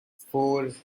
four